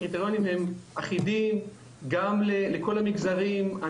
הקריטריונים הם אחידים לכל המגזרים.